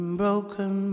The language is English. broken